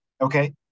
Okay